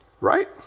right